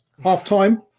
half-time